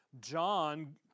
John